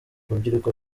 urubyiruko